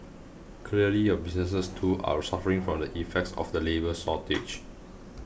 clearly your businesses too are suffering from the effects of the labour shortage